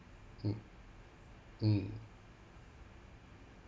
mm mm